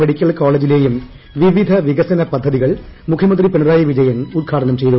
മെഡിക്കൽകോളേജിലെയും വിവിധ വികസന പദ്ധതികൾ മുഖ്യമന്ത്രി പിണറായി വിജയൻ ഉദ്ഘാടനം ചെയ്തു